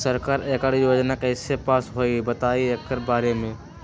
सरकार एकड़ योजना कईसे पास होई बताई एकर बारे मे?